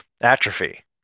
atrophy